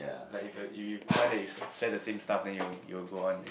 like if you are you you find that you share share the same stuff then you will you will go on